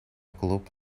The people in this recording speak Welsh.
glwb